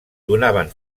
donaven